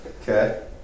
Okay